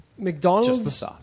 McDonald's